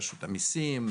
רשות המיסים,